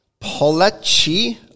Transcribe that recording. Polacci